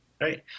right